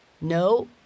No